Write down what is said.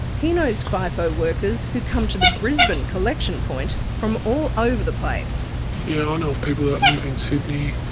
he knows fifo workers who come to the brisbane collection point from all over the place. yeah i know of people who live in sydney,